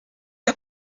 der